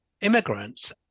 immigrants